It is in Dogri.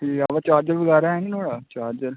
ठीक ऐ बा चार्जर बगैरा ऐ निं नुहाड़ा चार्जर